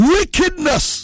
Wickedness